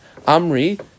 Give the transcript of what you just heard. Amri